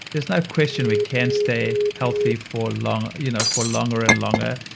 there's no question we can stay healthy for longer you know for longer and longer.